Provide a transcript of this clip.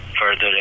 further